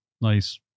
nice